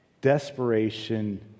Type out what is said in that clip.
desperation